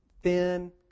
Thin